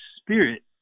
spirit